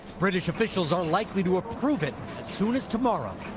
british officials are likely to approve it as soon as tomorrow.